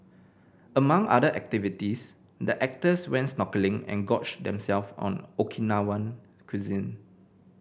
among other activities the actors went snorkelling and gorged them self on Okinawan cuisine